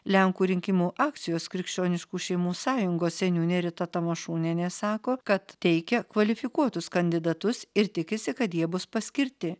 lenkų rinkimų akcijos krikščioniškų šeimų sąjungos seniūnė rita tamašūnienė sako kad teikia kvalifikuotus kandidatus ir tikisi kad jie bus paskirti